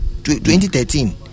2013